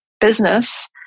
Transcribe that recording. business